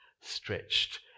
stretched